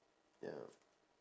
ya